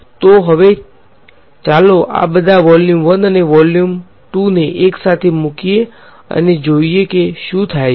તો હવે ચાલો આ બધા વોલ્યુમ 1 અને વોલ્યુમ 2 ને એકસાથે મૂકીએ અને જોઈએ કે શું થાય છે